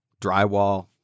drywall